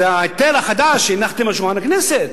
זה ההיטל החדש שהנחתם על שולחן הכנסת.